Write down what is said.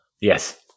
Yes